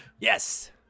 Yes